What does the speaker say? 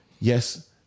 yes